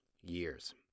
years